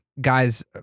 guys